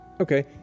Okay